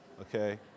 okay